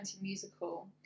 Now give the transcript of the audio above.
musical